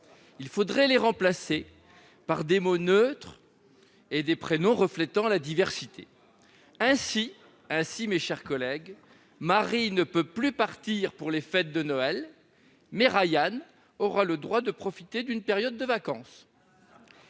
Il faudrait les remplacer par des mots neutres et des prénoms reflétant la diversité. Ainsi, « Marie » ne peut plus « partir pour les fêtes de Noël », mais « Rayane » aura le droit de « profiter d'une période de vacances